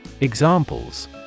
Examples